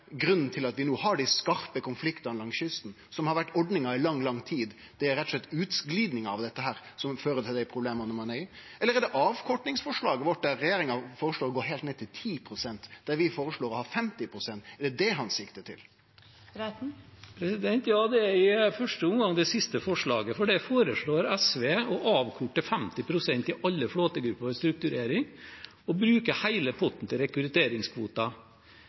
grunnen til at vi no har dei skarpe konfliktane langs kysten, og som har vore ordninga i lang, lang tid? Det er rett og slett utglidinga av dette som fører til dei problema ein no har. Eller er det avkortingsforslaget vårt? Der føreslår regjeringa å gå heilt ned til 10 pst., medan vi føreslår å ha 50 pst. Er det det han siktar til? Ja, det er i første omgang det siste forslaget, for der foreslår SV å avkorte 50 pst. i alle flåtegrupper ved strukturering og bruke hele potten til rekrutteringskvoter.